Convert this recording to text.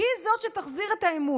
היא שתחזיר את האמון,